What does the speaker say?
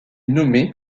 nommé